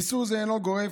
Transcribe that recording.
איסור זה אינו גורף,